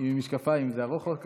עם משקפיים זה ארוך או קצר?